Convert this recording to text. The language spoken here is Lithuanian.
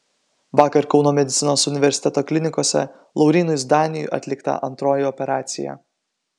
vakar kauno medicinos universiteto klinikose laurynui zdaniui atlikta antroji operacija